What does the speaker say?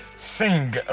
sing